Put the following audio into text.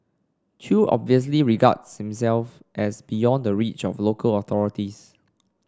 chew obviously regarded himself as beyond the reach of local authorities